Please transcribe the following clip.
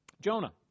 Jonah